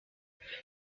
qu’est